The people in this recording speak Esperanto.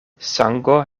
sango